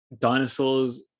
Dinosaurs